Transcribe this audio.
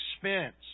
expense